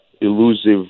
elusive